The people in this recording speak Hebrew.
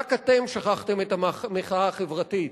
רק אתם שכחתם את המחאה החברתית.